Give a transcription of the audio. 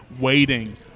waiting